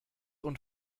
und